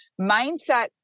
mindset